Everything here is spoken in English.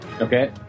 Okay